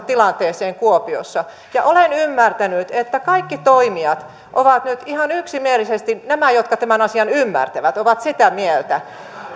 tilanteeseen kuopiossa ja olen ymmärtänyt että kaikki toimijat ovat nyt ihan yksimielisesti nämä jotka tämän asian ymmärtävät sitä mieltä